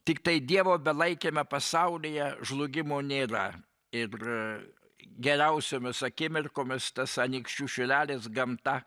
tiktai dievo belaikiame pasaulyje žlugimo nėra ir geriausiomis akimirkomis tas anykščių šilelis gamta